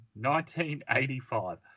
1985